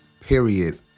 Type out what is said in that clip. period